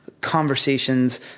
conversations